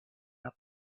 out